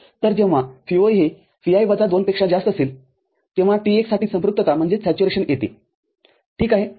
तर जेव्हा Vo हे Vi वजा 2 पेक्षा जास्त असेल तेव्हा T१ साठी संपृक्तता येते ठीक आहे